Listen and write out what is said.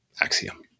axiom